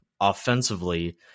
offensively